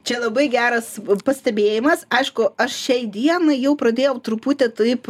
čia labai geras pastebėjimas aišku aš šiai dienai jau pradėjau truputį taip